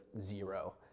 zero